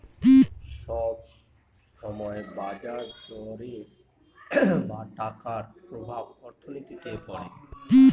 সব সময় বাজার দরের বা টাকার প্রভাব অর্থনীতিতে পড়ে